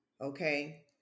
Okay